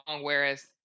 whereas